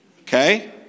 Okay